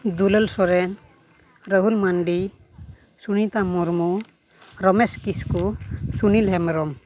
Dulal Soren Rahul Mandi Sunita Murmu Romesh Kisku Sunil Hembrom